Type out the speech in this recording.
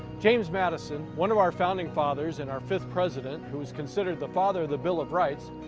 james madison, one of our founding fathers and our fifth president who is considered the father of the bill of rights,